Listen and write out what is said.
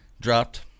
Dropped